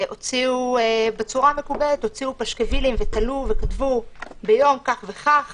הוציאו פשקווילים וכתבו: ביום כך וכך